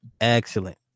excellent